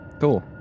Cool